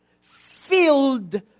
filled